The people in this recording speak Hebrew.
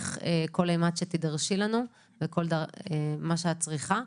עבורך כל אימת שתידרשי לנו ומה שאת צריכה,